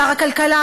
שר הכלכלה,